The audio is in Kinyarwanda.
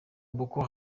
boko